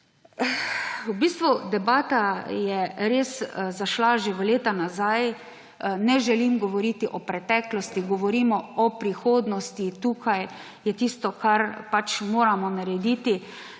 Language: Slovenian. V bistvu debata je res zašla že v leta nazaj. Ne želim govoriti o preteklosti, govorimo o prihodnosti. Tukaj je tisto, kar pač moramo narediti.